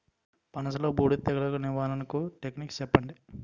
పనస లో బూడిద తెగులు నివారణకు టెక్నిక్స్ చెప్పండి?